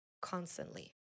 Constantly